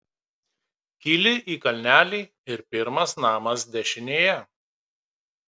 kyli į kalnelį ir pirmas namas dešinėje